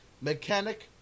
Mechanic